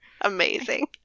Amazing